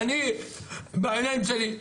אני בעיניים שלי,